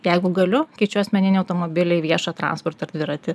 jeigu galiu keičiu asmeninį automobilį į viešą transportą dviratį